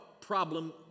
problem